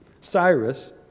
Cyrus